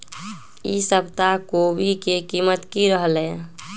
ई सप्ताह कोवी के कीमत की रहलै?